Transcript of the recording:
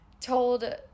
told